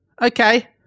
Okay